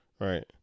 Right